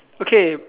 okay